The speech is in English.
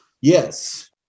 Yes